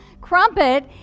crumpet